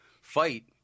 Fight